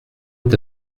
est